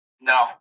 No